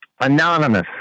Anonymous